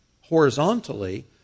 horizontally